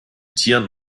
tieren